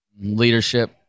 Leadership